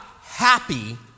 happy